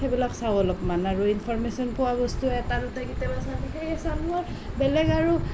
সেইবিলাক চাওঁ অলপমান আৰু ইনফৰ্মেচন পোৱা বস্তু এটা দুটা কেতিয়াবা চালোঁ বেলেগ আৰু